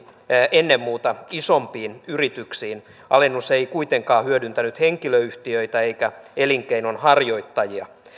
ennen muuta isompiin yrityksiin alennus ei kuitenkaan hyödyttänyt henkilöyhtiöitä eikä elinkeinonharjoittajia